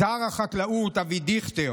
שר החקלאות אבי דיכטר,